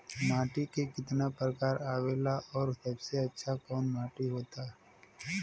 माटी के कितना प्रकार आवेला और सबसे अच्छा कवन माटी होता?